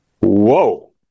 Whoa